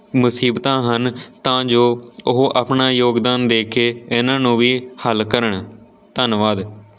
ਮੁਸੀਬਤਾਂ ਹਨ ਤਾਂ ਜੋ ਉਹ ਆਪਣਾ ਯੋਗਦਾਨ ਦੇ ਕੇ ਇਹਨਾਂ ਨੂੰ ਵੀ ਹੱਲ ਕਰਨ ਧੰਨਵਾਦ